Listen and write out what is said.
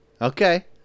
Okay